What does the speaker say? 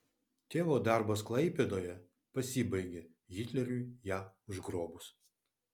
tėvo darbas klaipėdoje pasibaigė hitleriui ją užgrobus